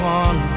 one